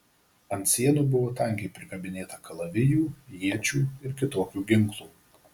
ant sienų buvo tankiai prikabinėta kalavijų iečių ir kitokių ginklų